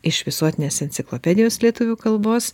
iš visuotinės enciklopedijos lietuvių kalbos